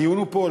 הדיון הוא פה,